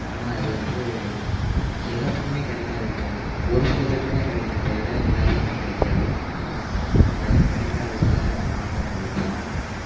ஆனால் அதுவந்து எல்லாத்துக்குமே கிடைக்காது ஒரு சில பேருத்துக்குதான் கிடைக்குமே தவிர எல்லாத்துக்குமே கிடைக்காது அந்த கிடைக்காததுல நானும் ஒருத்தன்